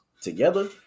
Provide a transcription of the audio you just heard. together